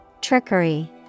Trickery